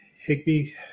Higby